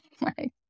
right